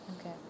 Okay